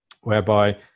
whereby